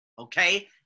Okay